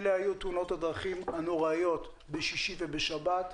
אלה היו תאונות הדרכים הנוראיות בשישי ובשבת,